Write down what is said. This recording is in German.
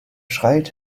schreit